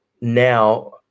now